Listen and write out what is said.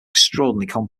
extraordinarily